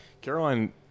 caroline